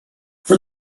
for